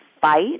fight